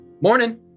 morning